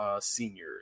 senior